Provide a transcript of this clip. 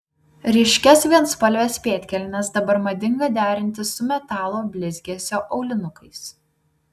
ryškias vienspalves pėdkelnes dabar madinga derinti su metalo blizgesio aulinukais